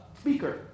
speaker